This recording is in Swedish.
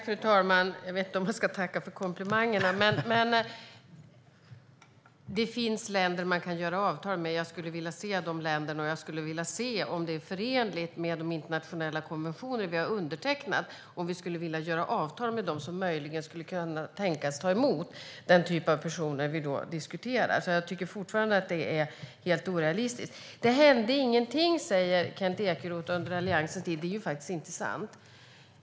Fru talman! Jag vet inte om jag ska tacka för komplimangen. När det gäller om det finns länder man kan sluta avtal med skulle jag vilja se de länderna. Jag skulle också vilja se om det är förenligt med de internationella konventioner vi har undertecknat att sluta avtal med de länder som möjligen skulle kunna tänka sig att ta emot den typ av personer vi diskuterar. Jag tycker alltså fortfarande att det är helt orealistiskt. Det hände ingenting under Alliansens tid, säger Kent Ekeroth. Det är faktiskt inte sant.